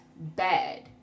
bad